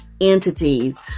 entities